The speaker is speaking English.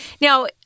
Now